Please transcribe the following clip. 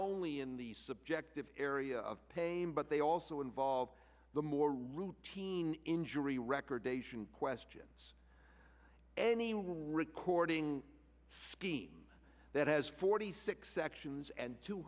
only in the subjective area of pain but they also involve the more routine injury record asian questions any recording scheme that has forty six sections and two